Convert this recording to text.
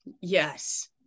Yes